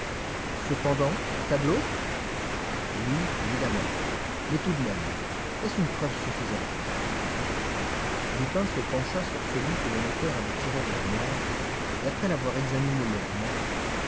cependant les tableaux oui évidemment mais tout de même est-ce une preuve suffisante lupin se pencha sur celui que le notaire avait tiré de l'armoire et après l'avoir examiné longuement